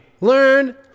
Learn